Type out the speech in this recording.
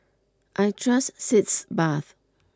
I trust sitz bath